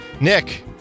Nick